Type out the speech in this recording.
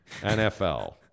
NFL